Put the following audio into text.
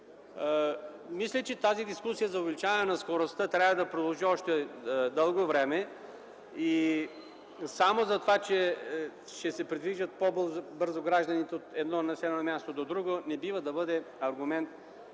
Мисля, че тази дискусия за увеличаване на скоростта трябва да продължи още дълго време. Само това, че гражданите ще се придвижват по-бързо от едно населено място до друго, не бива да бъде аргумент